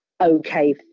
okay